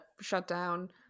shutdown